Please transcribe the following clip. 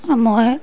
মই